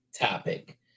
topic